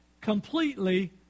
completely